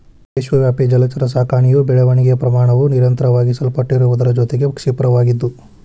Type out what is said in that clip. ವಿಶ್ವವ್ಯಾಪಿ ಜಲಚರ ಸಾಕಣೆಯ ಬೆಳವಣಿಗೆಯ ಪ್ರಮಾಣವು ನಿರಂತರವಾಗಿ ಸಲ್ಪಟ್ಟಿರುವುದರ ಜೊತೆಗೆ ಕ್ಷಿಪ್ರವಾಗಿದ್ದು